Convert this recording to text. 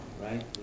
right